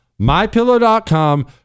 MyPillow.com